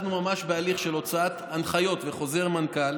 אנחנו ממש בהליך של הוצאת הנחיות בחוזר מנכ"ל